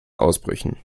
ausbrüchen